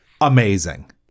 amazing